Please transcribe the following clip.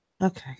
Okay